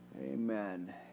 amen